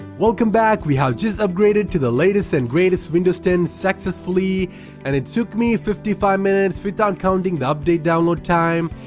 welcome back we have just upgraded to the latest and greatest windows ten successfully and it took me about fifty five minutes without counting the updates download time.